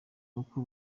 uko